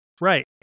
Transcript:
right